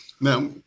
Now